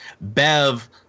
Bev